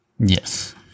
yes